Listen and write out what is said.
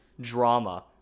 drama